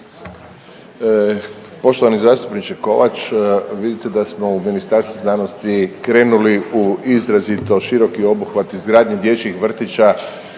Poštovani zastupniče Kovač, vidite da smo u Ministarstvu znanosti krenuli u izrazito široki obuhvat izgradnje dječjih vrtića